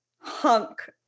hunk